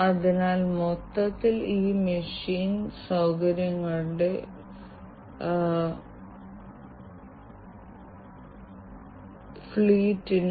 അതിനാൽ ഇത് അടിസ്ഥാനപരമായി IIoT യുടെ പശ്ചാത്തലത്തിൽ ഒരു വലിയ വെല്ലുവിളിയാണ്